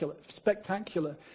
spectacular